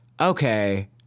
okay